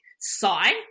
sigh